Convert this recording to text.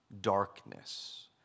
darkness